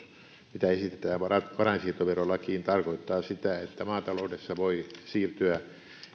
mitä esitetään varainsiirtoverolakiin tarkoittaa sitä että maataloudessa voi siirtyä